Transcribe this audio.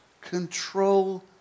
control